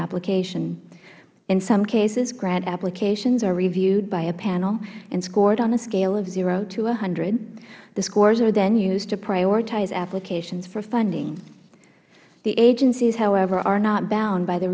application in some cases grant applications are reviewed by a panel and scored on a scale of zero to one hundred the scores are then used to prioritize applications for funding the agencies however are not bound by the